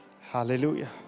hallelujah